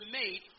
made